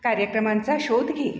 कार्यक्रमांचा शोध घे